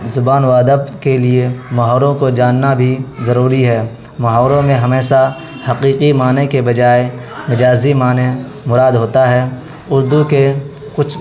زبان و ادب کے لیے محاوروں کو جاننا بھی ضروری ہے محاوروں میں ہمیشہ حقیقی معنی کے بجائے مجازی معنی مراد ہوتا ہے اردو کے کچھ